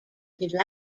july